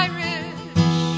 Irish